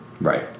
Right